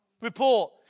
report